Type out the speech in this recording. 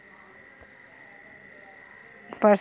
Personal ऋण का होथे?